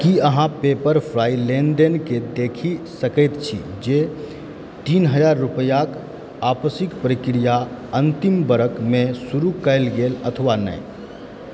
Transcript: की अहाँ Pepperfry लेनदेनके देखि सकैत छी जे तीन हजार रुपैआक आपसीके प्रक्रिआ अन्तिम बरषमे शुरू कैल गेल अथवा नहि